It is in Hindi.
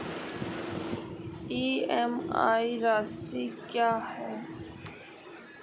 ई.एम.आई राशि क्या है?